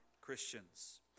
Christians